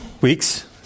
weeks